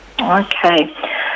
Okay